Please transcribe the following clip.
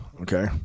okay